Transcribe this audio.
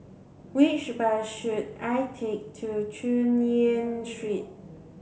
which bus should I take to Chu Yen Street